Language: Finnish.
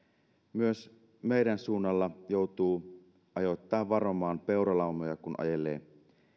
myös meidän suunnalla joutuu ajoittain varomaan peuralaumoja kun ajelee